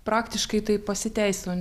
praktiškai tai pasiteisino